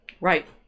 Right